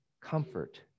comfort